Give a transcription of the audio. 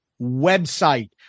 website